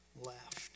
left